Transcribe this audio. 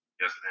Yes